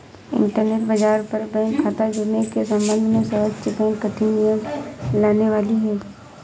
internet बाज़ार पर bank खता जुड़ने के सम्बन्ध में सर्वोच्च बैंक कठिन नियम लाने वाली है